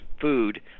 food